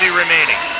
remaining